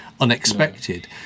unexpected